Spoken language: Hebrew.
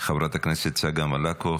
חברת הכנסת צגה מלקו,